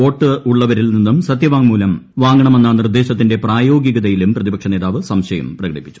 വോട്ടുള്ളവരിൽ നിന്നും സത്യവാങ്മൂലം വാങ്ങണമെന്ന നിർദ്ദേശത്തിന്റെ പ്രായോഗികതയിലും പ്രതിപക്ഷ നേതാവ് സംശയം പ്രകടിപ്പിച്ചു